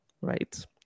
right